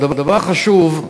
אבל הדבר החשוב,